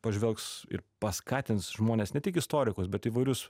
pažvelgs ir paskatins žmones ne tik istorikus bet įvairius